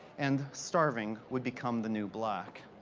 and starving would become the new black.